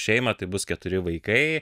šeimą tai bus keturi vaikai